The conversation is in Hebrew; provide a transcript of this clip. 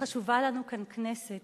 וחשובה לנו כאן כנסת